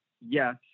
Yes